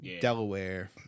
Delaware